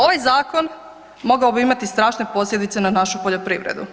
Ovaj zakon mogao bi imati strašne posljedice na našu poljoprivredu.